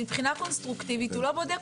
אבל מבחינה קונסטרוקטיבית הוא לא בודק,